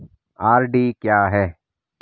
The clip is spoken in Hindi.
आर.डी क्या है?